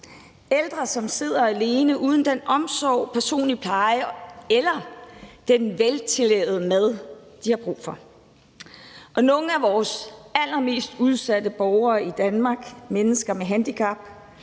ældre, som sidder alene uden den omsorg, personlige pleje eller den veltillavede mad, de har brug for. Nogle af vores allermest udsatte borgere i Danmark, mennesker med handicap,